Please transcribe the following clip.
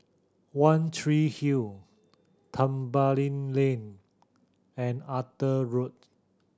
One Tree Hill Tembeling Lane and Arthur Road